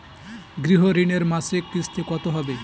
গৃহ ঋণের মাসিক কিস্তি কত হবে?